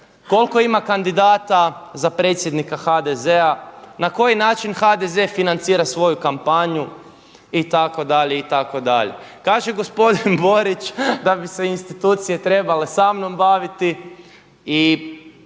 koliko ima kandidata za predsjednika HDZ-a, na koji način HDZ-e financira svoju kampanju itd. Kaže gospodin Borić da bi se institucije trebale samnom baviti i